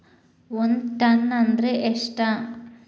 ಒಂದ್ ಟನ್ ಅಂದ್ರ ಎಷ್ಟ?